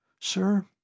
Sir